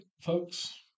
folks